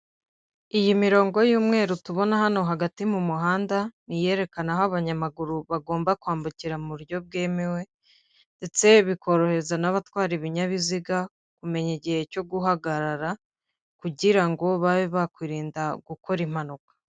Iyi mirongo y'umweru tubona hano hagati mu muhanda ni iyerekana aho abanyamaguru bagomba kwambukira mu buryo bwemewe ndetse bikorohereza n'abatwara ibinyabiziga kumenya igihe cyo guhagarara kugira ngo babe bakwirinda gukora impanuka.